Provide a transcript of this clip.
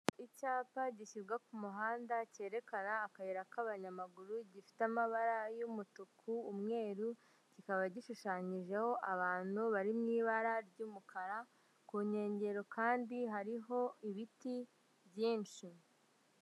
Icyapa gishyirwa ku muhanda, cyerekana akayira k'abanyamaguru, gifite amabara y'umutuku umweru, kikaba gishushanyijeho abantu bari mu ibara ry'umukara, ku nkengero kandi hariho ibiti byinshi.